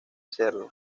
cerdo